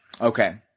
Okay